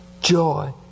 joy